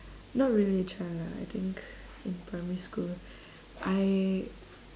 not really a child lah I think in primary school I